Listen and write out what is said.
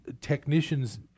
technicians